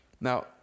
Now